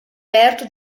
perto